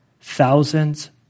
thousands